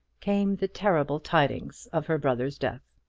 came the terrible tidings of her brother's death.